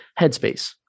Headspace